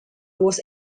was